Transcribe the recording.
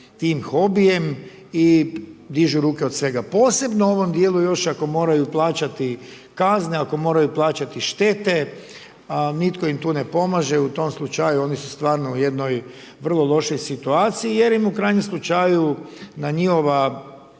tim hobijem i dižu ruke od svega. Posebno u ovom dijelu još ako moraju plaćati kazne, ako moraju plaćati štete a nitko im tu ne pomaže, u tom slučaju oni su stvarno u jednoj vrlo lošoj situaciji jer im u krajnjem slučaju na njihova